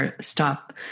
stop